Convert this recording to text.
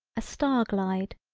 a star glide,